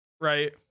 right